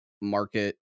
market